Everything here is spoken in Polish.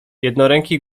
jednoręki